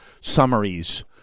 summaries